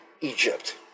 Egypt